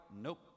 Nope